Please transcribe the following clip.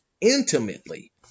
intimately